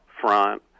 front